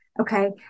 Okay